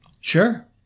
sure